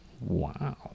Wow